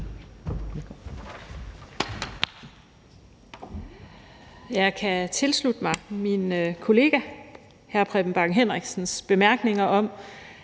Jeg kan tilslutte mig min kollega hr. Preben Bang Henriksens bemærkninger om,